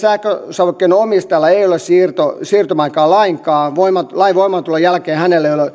sähkösavukkeen omistajalla ei ole siirtymäaikaa lainkaan lain voimaantulon jälkeen hänellä ei ole